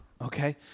okay